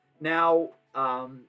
Now